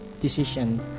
decision